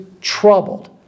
troubled